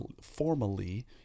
formally